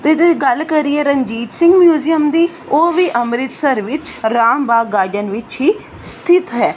ਅਤੇ ਜੇ ਗੱਲ ਕਰੀਏ ਰਣਜੀਤ ਸਿੰਘ ਮਿਊਜ਼ੀਅਮ ਦੀ ਉਹ ਵੀ ਅੰਮ੍ਰਿਤਸਰ ਵਿੱਚ ਰਾਮਬਾਗ ਗਾਰਡਨ ਵਿੱਚ ਹੀ ਸਥਿਤ ਹੈ